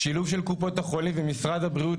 שילוב של קופות החולים ומשרד הבריאות,